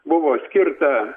buvo skirta